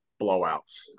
blowouts